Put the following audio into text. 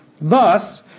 Thus